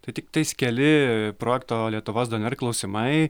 tai tiktais keli projekto lietuvos dnr klausimai